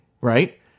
right